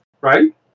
right